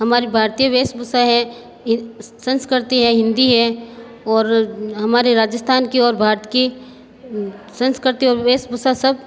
हमारी भारतीय वेशभूषा है संस्कृति है हिंदी है और हमारे राजस्थान की ओर भारत की संस्कृति और वेशभूषा सब